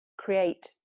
create